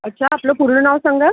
अच्छा आपलं पूर्ण नाव सांगा